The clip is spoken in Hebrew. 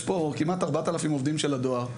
יש פה כמעט 4,000 עובדים של הדואר,